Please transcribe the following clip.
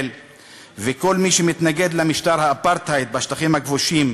וכל מי שמתנגד למשטר האפרטהייד בשטחים הכבושים,